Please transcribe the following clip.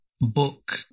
book